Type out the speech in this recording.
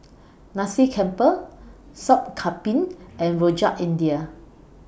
Nasi Campur Sup Kambing and Rojak India